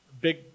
big